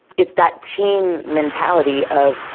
it's that team mentality of,